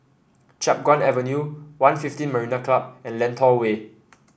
Chiap Guan Avenue One fifteen Marina Club and Lentor Way